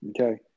Okay